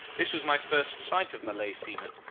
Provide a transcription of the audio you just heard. this was my first sight of malay seamen.